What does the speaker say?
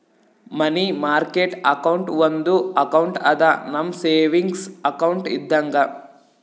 ಮನಿ market account ಒಂದು account ಅದಾ, ನಮ್ ಸೇವಿಂಗ್ಸ್ ಅಕೌಂಟ್ ಇದ್ದಂಗ